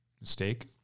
Mistake